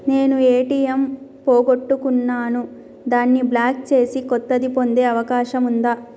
నేను ఏ.టి.ఎం పోగొట్టుకున్నాను దాన్ని బ్లాక్ చేసి కొత్తది పొందే అవకాశం ఉందా?